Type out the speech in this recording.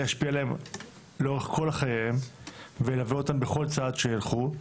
ישפיע עליהם לאורך כל חייהם וילווה אותם בכל צעד שילכו,